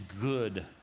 good